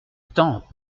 temps